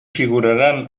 figuraran